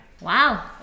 Wow